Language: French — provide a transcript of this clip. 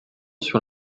sur